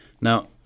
Now